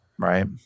Right